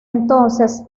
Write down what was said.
entonces